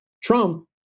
Trump